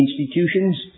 institutions